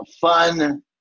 fun